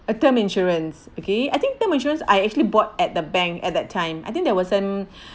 a term insurance okay I think term insurance I actually bought at the bank at that time I think that was an